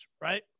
right